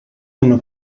una